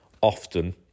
often